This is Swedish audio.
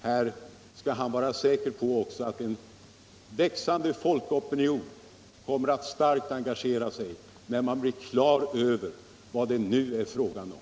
Han skall vara säker på att en växande folkopinion kommer att starkt engagera sig när den blir på det klara med vad det nu är fråga om.